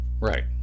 right